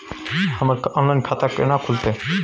हमर ऑनलाइन खाता केना खुलते?